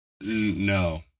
no